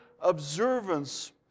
observance